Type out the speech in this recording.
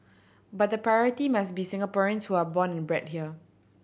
but the priority must be Singaporeans who are born and bred here